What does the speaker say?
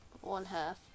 one-half